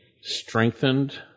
strengthened